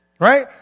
Right